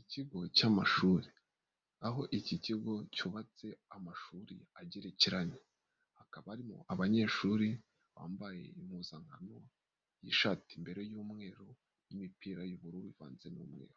Ikigo cy'amashuri, aho iki kigo cyubatse amashuri agerekeranye. Hakaba harimo abanyeshuri bambaye impuzankano y'ishati imbere y'umweru n'imipira y'ubururu ivanze n'umweru.